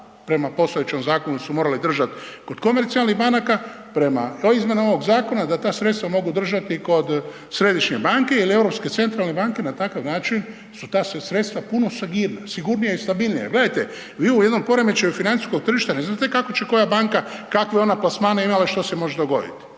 prema postojećem zakonu su morali držati kod komercijalnih banaka, prema izmjenama ovog zakona da ta sredstva mogu držati kod središnjih banki ili Europske centralne banke, na takav način su ta sredstva puno sigurnija i stabilnija. Jer gledajte, vi u jednom poremećaju financijskog tržišta ne znate kako će koja banka, kakve ona plasmane ima i što se može dogoditi.